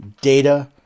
data